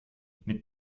mit